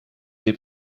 dit